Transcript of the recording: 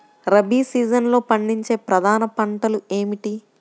రబీ సీజన్లో పండించే ప్రధాన పంటలు ఏమిటీ?